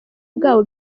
bwabo